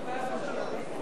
שר המשפטים